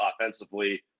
offensively